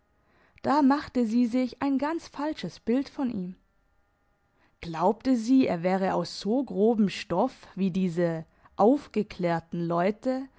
da machte sie sich ein ganz falsches bild von ihm glaubte sie er wäre aus so grobem stoff wie diese aufgeklärten leute